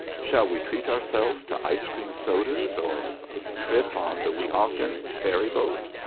shall we treat ourselves to ice-cream sodas or a trip on the weehawken ferry-boat?